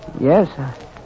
yes